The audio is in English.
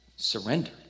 Surrender